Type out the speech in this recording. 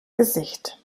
gesicht